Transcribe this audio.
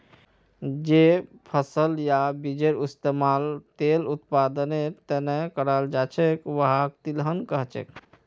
जे फसल या बीजेर इस्तमाल तेल उत्पादनेर त न कराल जा छेक वहाक तिलहन कह छेक